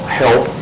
help